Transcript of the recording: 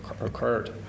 occurred